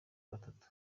gatatu